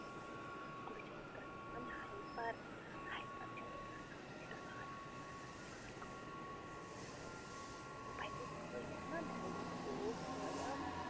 بہٕ چھَس گژھان ہایپر ہایپر چھَس بہٕ گَژھان وٕلٹہٕ آے بس مےٚ کٔر کٲم مےٚ ووٚن پنٛنِس بٲیِس نَہ مے دوٚپمس یو بایا